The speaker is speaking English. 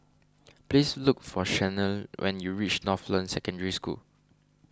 please look for Shanelle when you reach Northland Secondary School